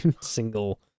single